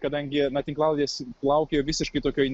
bet kadangi na tinklalaidės plaukioja visiškai tokioj